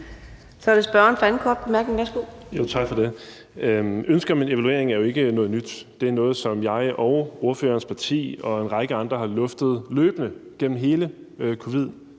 Stinus Lindgreen (RV): Tak for det. Ønsket om en evaluering er jo ikke noget nyt; det er noget, som jeg og ordførerens parti og en række andre har luftet løbende gennem hele